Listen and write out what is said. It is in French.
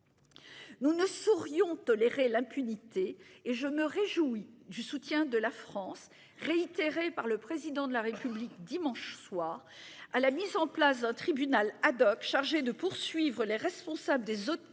Nous ne saurions tolérer l'impunité et je me réjouis du soutien de la France réitérée par le président de la république dimanche soir à la mise en place d'un tribunal ad-hoc chargé de poursuivre les responsables des auteurs